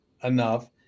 enough